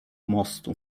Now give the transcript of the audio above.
mostu